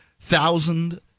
thousand